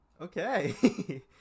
Okay